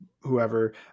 whoever